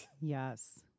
Yes